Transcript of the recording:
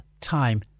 time